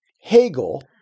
Hegel